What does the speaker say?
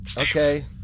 Okay